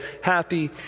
happy